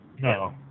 No